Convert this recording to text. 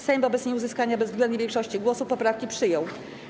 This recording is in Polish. Sejm wobec nieuzyskania bezwzględnej większości głosów poprawki przyjął.